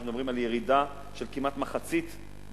אנחנו מדברים על ירידה של כמעט מחצית בעסקאות.